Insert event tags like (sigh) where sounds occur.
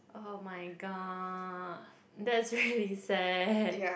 oh my god that's really (laughs) sad